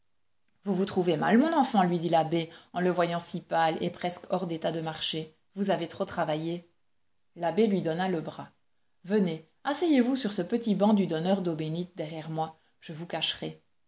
vous vous trouvez mal mon enfant lui dit l'abbé en le voyant si pâle et presque hors d'état de marcher vous avez trop travaillé l'abbé lui donna le bras venez asseyez-vous sur ce petit banc du donneur d'eau bénite derrière moi je vous cacherai